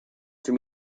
for